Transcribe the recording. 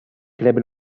club